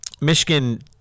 Michigan